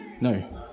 No